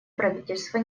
правительство